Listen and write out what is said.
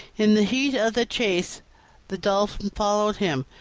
in the heat of the chase the dolphin followed him,